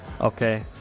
okay